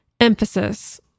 emphasis